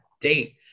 date